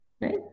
right